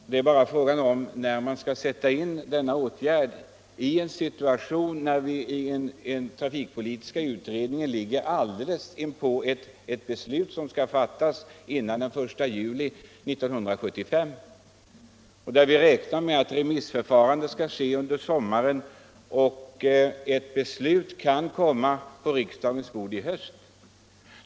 Frågan är bara om denna åtgärd skall sättas in i en situation, där trafikpolitiska utredningen skall fatta beslut före den 1 juli 1975. Remissförfarandet skall sedan ske under sommaren, varefter ett förslag kan komma på riksdagens bord i höst.